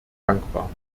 dankbar